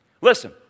Listen